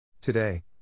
Today